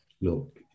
Look